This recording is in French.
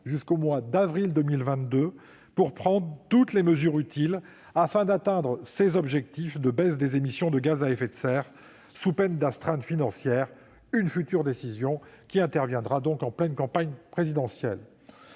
jusqu'au mois d'avril 2022 pour prendre « toutes les mesures utiles », afin d'atteindre ses objectifs de baisse des émissions de gaz à effet de serre, sous peine d'astreinte financière- une future décision qui interviendra donc en pleine campagne présidentielle.